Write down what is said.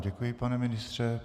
Děkuji, pane ministře.